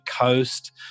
coast